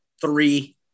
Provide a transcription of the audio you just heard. three